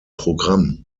programm